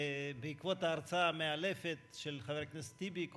בעקבות ההרצאה המאלפת של חבר הכנסת טיבי,